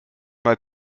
mal